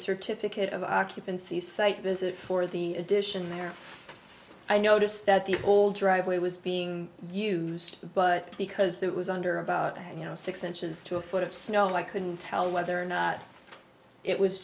certificate of occupancy site visit for the addition there i noticed that the old driveway was being used but because it was under about you know six inches to a foot of snow and i couldn't tell whether or not it was